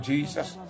Jesus